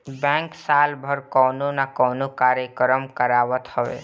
bank साल भर कवनो ना कवनो कार्यक्रम करावत हवे